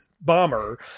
bomber